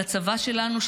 לצבא שלנו,